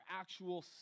actual